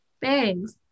Thanks